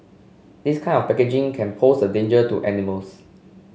this kind of packaging can pose a danger to animals